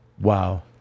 wow